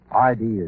ideas